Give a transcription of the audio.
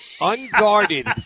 unguarded